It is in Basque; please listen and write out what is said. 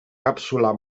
kapsula